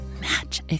match